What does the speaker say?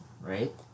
right